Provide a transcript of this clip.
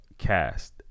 cast